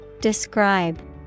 Describe